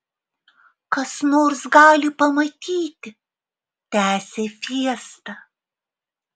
kas nors gali pamatyti tęsė fiesta